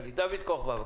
כוכבא,